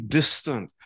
distant